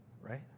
Right